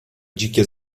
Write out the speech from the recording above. dzikie